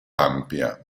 ampia